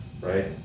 right